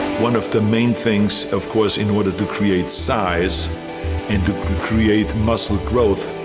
one of the main things, of course, in order to create size and create muscle growth,